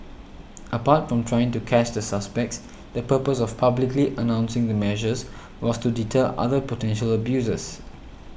apart from trying to catch the suspects the purpose of publicly announcing the measures was to deter other potential abusers